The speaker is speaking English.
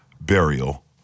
burial